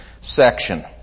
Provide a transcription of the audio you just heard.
section